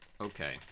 Okay